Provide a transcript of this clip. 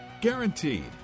Guaranteed